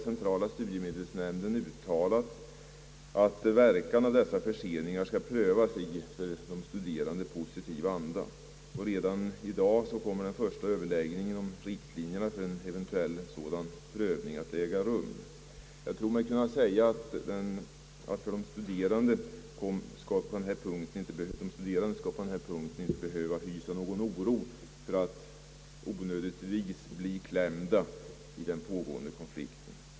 Centrala — studiemedelsnämnden har uttalat att verkan av dessa förseningar skall prövas i för de studerande positiv anda, och redan i dag kommer den första överläggningen om riktlinjerna för en eventuell sådan prövning att äga rum. Jag tror mig kunna säga att de studerande på den punkten inte skall behöva hysa någon oro för att onödigtvis bli klämda i den pågående konflikten.